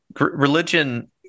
Religion